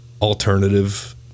alternative